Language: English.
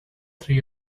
three